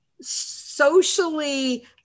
socially